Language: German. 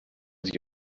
sich